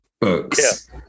books